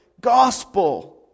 gospel